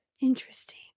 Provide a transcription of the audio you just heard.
Interesting